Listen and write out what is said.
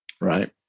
right